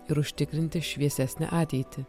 ir užtikrinti šviesesnę ateitį